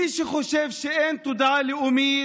מי שחושב שאין תודעה לאומית,